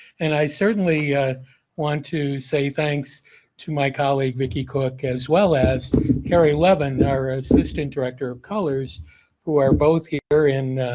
and, i certainly want to say thanks to my colleague vicki cooke as well as keri eleven our ah assistant director of colrs who are both here. and,